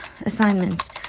assignment